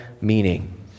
meaning